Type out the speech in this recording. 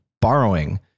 borrowing